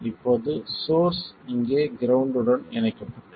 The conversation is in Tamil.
இப்போது சோர்ஸ் இங்கே கிரௌண்ட் உடன் இணைக்கப்பட்டுள்ளது